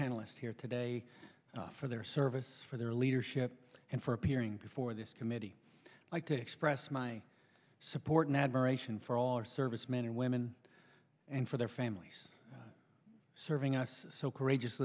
panelists here today for their service for their leadership and for appearing before this committee i like to express my support and admiration for all our servicemen and women and for their families serving us so courageous